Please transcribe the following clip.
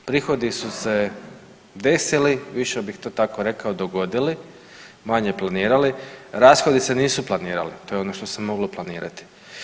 Prihodi su se desili, više bih to tako rekao dogodili, manje planirali, rashodi se nisu planirali, to je ono što se moglo planirati.